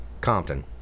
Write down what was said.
Compton